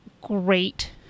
great